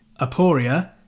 Aporia